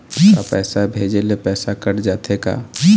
का पैसा भेजे ले पैसा कट जाथे का?